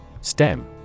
STEM